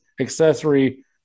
accessory